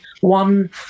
one